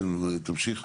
כן, תמשיך.